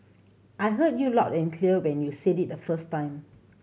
I heard you loud and clear when you said it the first time